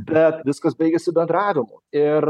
bet viskas baigiasi bendravimu ir